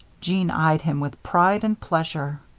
jeanne eyed him with pride and pleasure.